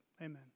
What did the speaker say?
Amen